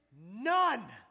none